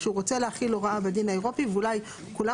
כשהוא רוצה להחיל הוראה מהדין האירופי ואולי כולם